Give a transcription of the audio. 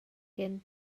cyn